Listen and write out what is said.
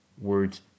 words